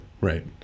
right